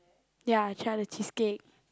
ya I tried the cheesecake